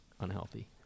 unhealthy